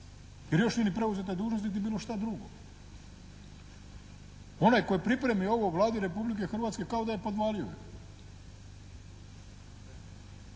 jer još nije ni preuzeta dužnost niti bilo šta drugo. Onaj tko je pripremio ovo Vladi Republike Hrvatske kao da joj podvaljuje.